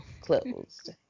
closed